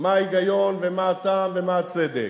מה ההיגיון ומה הטעם ומה הצדק.